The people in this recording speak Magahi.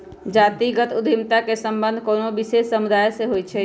जातिगत उद्यमिता के संबंध कोनो विशेष समुदाय से होइ छै